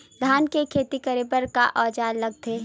धान के खेती करे बर का औजार लगथे?